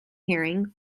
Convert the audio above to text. hearing